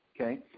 okay